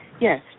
Yes